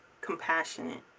compassionate